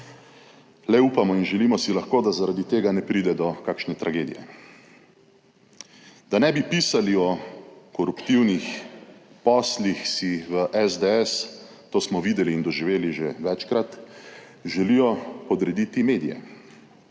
Le upamo in želimo si lahko, da zaradi tega ne pride do kakšne tragedije. Da ne bi pisali o koruptivnih poslih, si v SDS, to smo videli in doživeli že večkrat, želijo podrediti medije,